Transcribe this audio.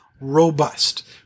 robust